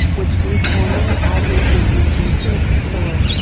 which we formerly had no energy to explore.